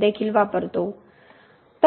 देखील वापरतो